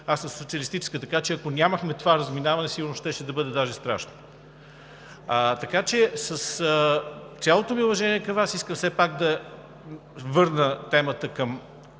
аз – на социалистическа, така че, ако нямахме това разминаване, сигурно даже щеше да бъде страшно. Така че с цялото ми уважение към Вас, искам все пак да върна темата към